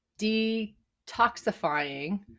detoxifying